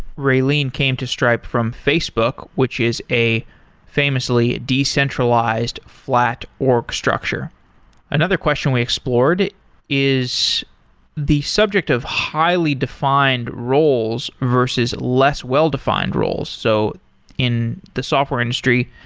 raylene came to stripe from facebook, which is a famously decentralized flat org structure another question we explored is the subject of highly defined roles versus less well-defined roles. so in the software industry,